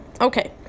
Okay